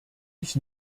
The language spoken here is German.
ich